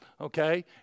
okay